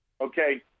Okay